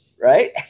right